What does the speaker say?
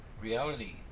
reality